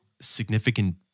significant